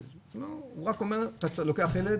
הוא רק אומר כשאתה לוקח ילד